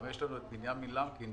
גם יש לנו את בנימין למקין,